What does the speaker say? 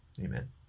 Amen